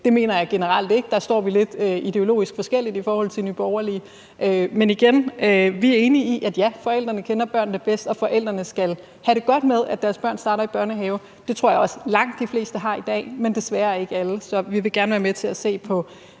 det mener jeg generelt ikke; der står vi lidt ideologisk forskelligt fra Nye Borgerlige. Men igen, vi er enige i, at ja, forældrene kender børnene bedst, og forældrene skal have det godt med, at deres børn starter i børnehave. Det tror jeg også langt de fleste har i dag, men desværre ikke alle. Så vi vil gerne være med til at se på